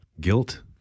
guilt